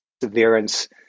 perseverance